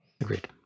Agreed